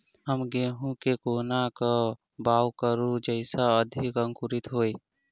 हम गहूम केँ कोना कऽ बाउग करू जयस अधिक अंकुरित होइ?